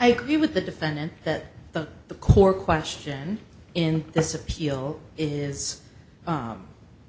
i agree with the defendant that the the core question in this appeal is